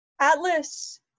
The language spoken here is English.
Atlas